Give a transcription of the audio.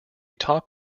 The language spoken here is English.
talk